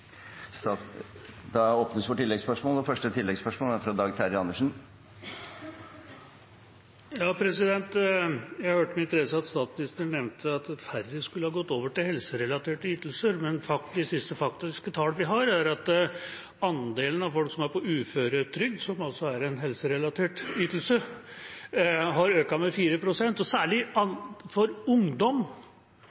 Dag Terje Andersen. Jeg hørte med interesse at statsministeren nevnte at færre skal ha gått over til helserelaterte ytelser, men de siste faktiske tallene vi har, viser at antallet folk som er på uføretrygd, som altså er en helserelatert ytelse, har økt med 4 pst. Særlig